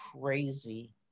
crazy